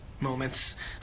moments